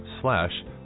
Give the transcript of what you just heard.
slash